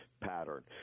pattern